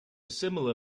similar